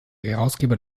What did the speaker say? herausgeber